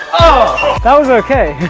ah that was okay!